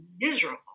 miserable